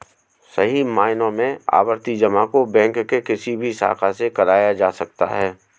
सही मायनों में आवर्ती जमा को बैंक के किसी भी शाखा से कराया जा सकता है